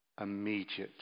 immediately